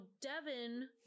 Devin